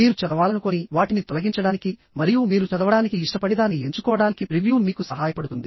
మీరు చదవాలనుకోని వాటిని తొలగించడానికి మరియు మీరు చదవడానికి ఇష్టపడేదాన్ని ఎంచుకోవడానికి ప్రివ్యూ మీకు సహాయపడుతుంది